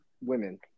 women